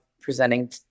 presenting